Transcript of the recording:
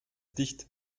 dicht